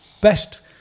best